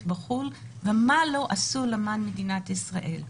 בחו"ל ומה לא עשו למען מדינת ישראל.